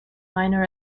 minor